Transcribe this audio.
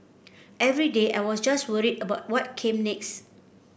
every day I was just worried about what came next